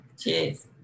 Cheers